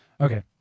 Okay